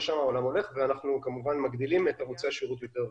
אנחנו כמובן מגדילים את ערוצי השירות יותר ויותר.